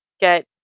get